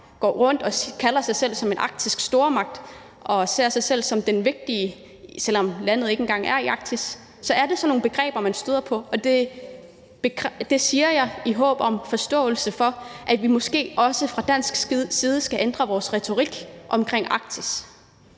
går rundt og kalder sig selv for en arktisk stormagt og ser sig selv som den vigtige, selv om landet ikke engang er i Arktis. Det er sådan nogle begreber, man støder på, og det siger jeg i håb om forståelse for, at vi måske også fra dansk side skulle ændre vores retorik omkring Arktis.